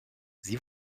sie